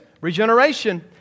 regeneration